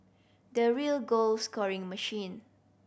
the real goal scoring machine